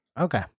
Okay